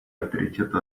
авторитета